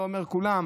אני לא אומר כולם,